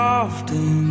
often